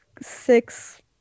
six